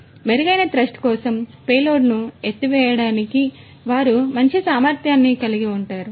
కాబట్టి మెరుగైన థ్రస్ట్ కోసం పేలోడ్ను ఎత్తడానికి వారు మంచి సామర్థ్యాన్ని కలిగి ఉంటారు